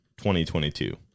2022